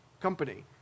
company